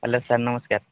hello sir ନମସ୍କାର